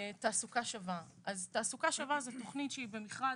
תעסוקה שווה היא תכנית שהיא במכרז.